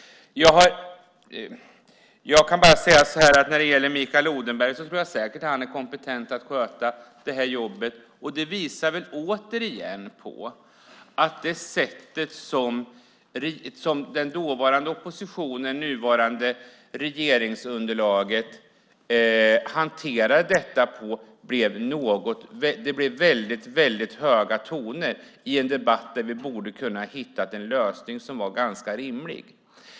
Jag kan bara säga att jag tror att Mikael Odenberg säkert är kompetent att sköta det här jobbet. Det visar återigen på att det blev väldigt höga toner när den dåvarande oppositionen, det nuvarande regeringsunderlaget, hanterade denna fråga, i en debatt där vi borde ha kunnat hitta en lösning som var rimlig.